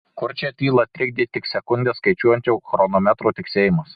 kurčią tylą trikdė tik sekundes skaičiuojančio chronometro tiksėjimas